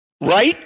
right